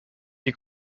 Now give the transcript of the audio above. die